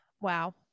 wow